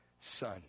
son